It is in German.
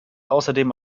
außerdem